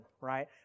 right